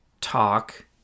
talk